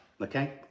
okay